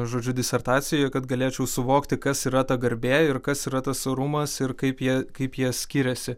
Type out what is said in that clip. žodžiu disertaciją kad galėčiau suvokti kas yra ta garbė ir kas yra tas orumas ir kaip jie kaip jie skiriasi